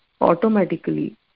automatically